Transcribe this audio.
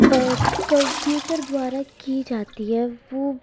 computer دوارا کی جاتی ہے وہ